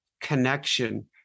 connection